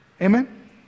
Amen